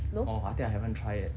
orh I think I haven't try yet